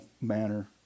manner